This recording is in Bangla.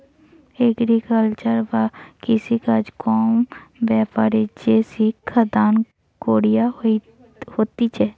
এগ্রিকালচার বা কৃষিকাজ কাম ব্যাপারে যে শিক্ষা দান কইরা হতিছে